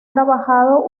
trabajado